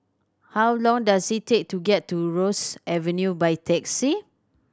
how long does it take to get to Rosyth Avenue by taxi